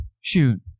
Shoot